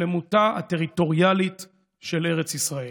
שלמותה הטריטוריאלית של ארץ ישראל.